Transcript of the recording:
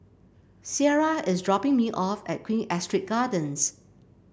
Ciera is dropping me off at Queen Astrid Gardens